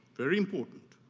very important,